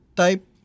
type